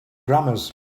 grammars